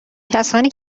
کسانی